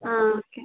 ആ ആ ഓക്കെ